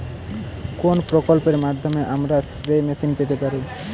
কোন প্রকল্পের মাধ্যমে আমরা স্প্রে মেশিন পেতে পারি?